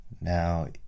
now